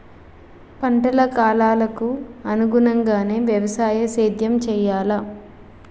పంటల కాలాలకు అనుగుణంగానే వ్యవసాయ సేద్యం చెయ్యాలా?